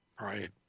Right